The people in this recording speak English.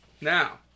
Now